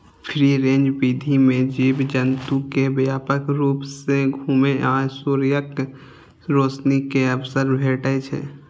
free range विधि मे जीव जंतु कें व्यापक रूप सं घुमै आ सूर्यक रोशनी के अवसर भेटै छै